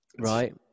Right